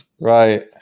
Right